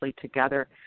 together